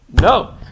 No